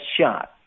shot